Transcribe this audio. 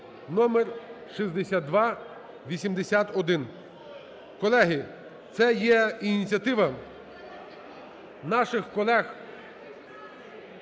(№ 6281). Колеги, це є ініціатива наших колег,